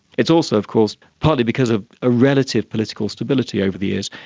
it is also of course, partly because of a relative political stability over the years,